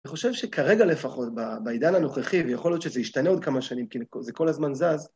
אני חושב שכרגע לפחות בעידן הנוכחי, ויכול להיות שזה ישתנה עוד כמה שנים, כי זה כל הזמן זז,